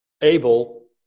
able